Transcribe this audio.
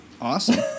Awesome